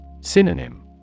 Synonym